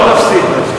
תכניס.